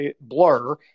blur